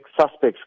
Suspects